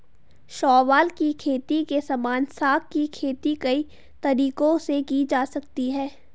शैवाल की खेती के समान, शंख की खेती कई तरीकों से की जा सकती है